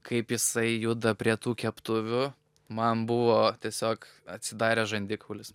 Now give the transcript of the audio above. kaip jisai juda prie tų keptuvių man buvo tiesiog atsidarė žandikaulis